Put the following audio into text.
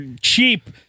cheap